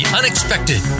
unexpected